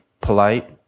polite